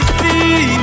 see